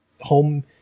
Home